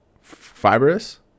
Fibrous